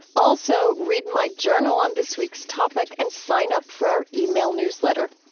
also, read my journal on this week's topic and sign up for our yeah e-mail newsletter.